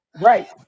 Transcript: Right